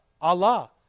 Allah